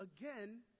again